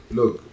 look